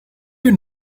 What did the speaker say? you